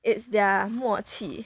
it's their 默契